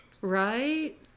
Right